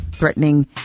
threatening